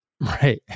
right